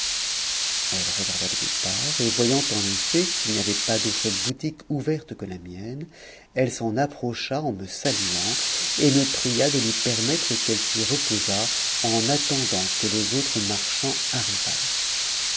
elle regarda de toutes parts et voyant en effet qu'il n'y avait pas d'autres boutiques ouvertes que la mienne elle s'en approcha en me saluant et me pria de lui permettre qu'elle s'y reposât en attendant que les autres marchands